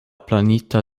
planita